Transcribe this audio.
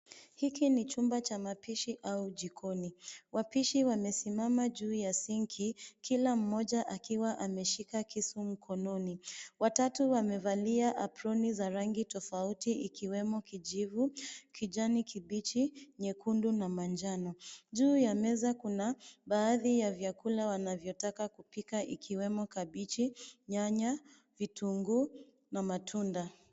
Hiki ni chumba cha mapishi au jikoni . Wapishi wamesimama juu ya sinki kila mmoja akiwa ameshika kisu mkononi. Watatu wamevalia aproni za rangi tofauti ikiwemo kijivu, kijani kibichi, nyekundu na manjano. Juu ya meza kuna baadhi ya vyakula vyakula wanavyotaka kupika ikiwemo kabichi, nyanya, vitunguu na matunda.